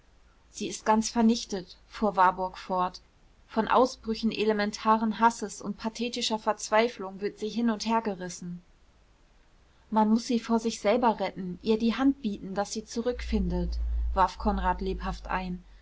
sie ist ganz vernichtet fuhr warburg fort von ausbrüchen elementaren hasses und pathetischer verzweiflung wird sie hin und hergerissen man muß sie vor sich selber retten ihr die hand bieten daß sie zurückfindet warf konrad lebhaft ein